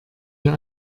wir